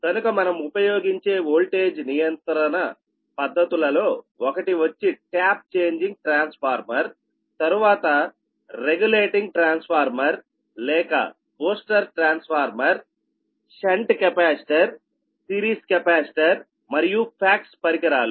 కనుక మనం ఉపయోగించే వోల్టేజ్ నియంత్రణ పద్ధతులలో ఒకటి వచ్చి ట్యాప్ చేంజింగ్ ట్రాన్స్ఫార్మర్ తర్వాత రెగ్యులేటింగ్ ట్రాన్స్ఫార్మర్ లేక booster transformer shunt capacitor series capacitor మరియు ఫాక్ట్స్ పరికరాలు